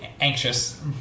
anxious